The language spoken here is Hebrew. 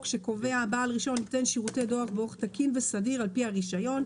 שקובע: "בעל רישיון ייתן שירותי דואר באורח תקין וסדיר על פי הרישיון,